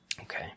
Okay